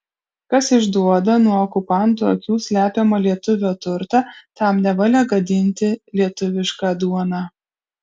kas išduoda nuo okupantų akių slepiamą lietuvio turtą tam nevalia gadinti lietuvišką duoną